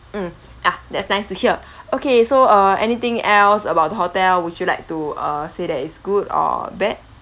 mm ah that's nice to hear okay so uh anything else about the hotel would you like to uh say that is good or bad